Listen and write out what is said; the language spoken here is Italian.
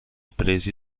presi